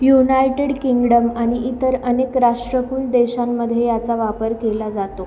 United Kingdom आणि इतर अनेक राष्ट्रकुल देशांमध्ये याचा वापर केला जातो